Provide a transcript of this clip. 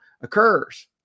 occurs